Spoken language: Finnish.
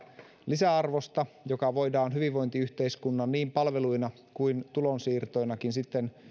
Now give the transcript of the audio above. lisäarvosta joka voidaan niin hyvinvointiyhteiskunnan palveluina kuin tulonsiirtoinakin sitten